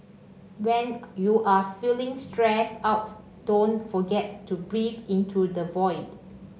when you are feeling stressed out don't forget to breathe into the void